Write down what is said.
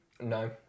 No